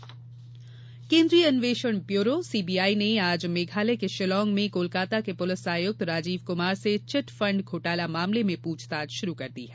CBI केन्द्रीय अन्वेषण bureau CBI ने आज मेघालय के शिलोंग में कोलकाता के पुलिस आयुक्त राजीव कुमार से चिट फंड घोटाला मामले में पूछताछ शुरू कर दी है